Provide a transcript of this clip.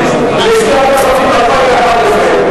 47, נגד, 33, אין נמנעים.